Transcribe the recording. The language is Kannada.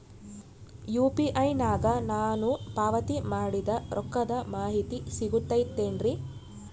ಯು.ಪಿ.ಐ ನಾಗ ನಾನು ಪಾವತಿ ಮಾಡಿದ ರೊಕ್ಕದ ಮಾಹಿತಿ ಸಿಗುತೈತೇನ್ರಿ?